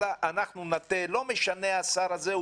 לא משנה השר הזה,